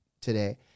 today